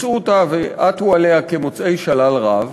מצאו אותה ועטו עליה כמוצאי שלל רב,